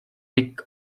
pikk